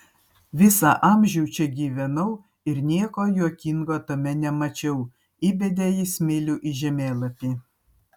visą amžių čia gyvenau ir nieko juokingo tame nemačiau įbedė jis smilių į žemėlapį